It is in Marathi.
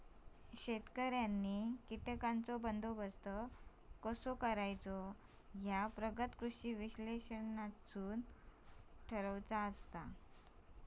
शेतकऱ्यांनी कीटकांचो बंदोबस्त कसो करायचो ह्या प्रगत कृषी विश्लेषणावरसून ठरवतत